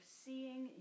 seeing